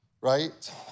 right